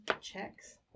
checks